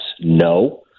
no